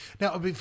Now